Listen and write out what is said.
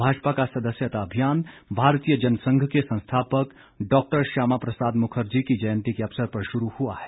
भाजपा का सदस्यता अभियान भारतीय जनसंघ के संस्थापक डॉक्टर श्यामा प्रसाद मुखर्जी की जयंती के अवसर पर शुरू हुआ है